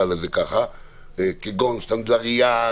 כגון סנדלרייה,